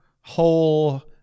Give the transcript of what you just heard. whole